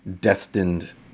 destined